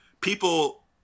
People